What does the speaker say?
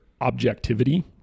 objectivity